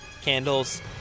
candles